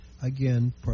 again